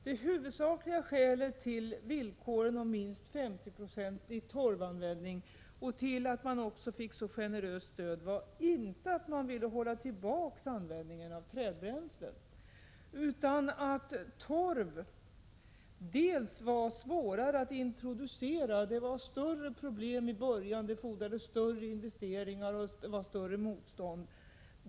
Det huvudsakliga skälet till villkoren om minst 50-procentig torvanvändning och till att man också fick så generöst stöd var inte att vi ville hålla tillbaka användningen av trädbränslen utan att torven var svårare att introducera. Det var större problem i början, det fordrades större investeringar och det mötte ett större motstånd.